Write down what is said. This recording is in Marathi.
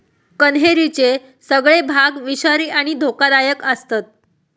कण्हेरीचे सगळे भाग विषारी आणि धोकादायक आसतत